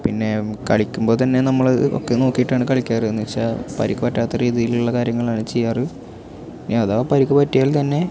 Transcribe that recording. പിന്നെ കളിക്കുമ്പോൾ തന്നെ നമ്മൾ ഒക്കെ നോക്കീട്ടാണ് കളിക്കാറ് എന്ന് വെച്ചാൽ പരിക്ക് പറ്റാത്ത രീതിയിലുള്ള കാര്യങ്ങളാണ് ചെയ്യാറ് ഇനി അഥവാ പരിക്ക് പറ്റിയാൽ തന്നെ